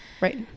Right